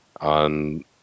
on